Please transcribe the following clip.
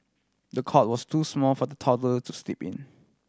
the cot was too small for the toddler to sleep in